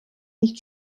nicht